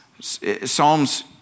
Psalms